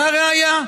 והראיה,